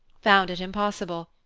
found it impossible,